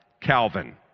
Calvin